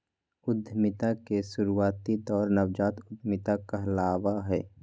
उद्यमिता के शुरुआती दौर नवजात उधमिता कहलावय हय